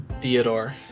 Theodore